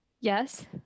yes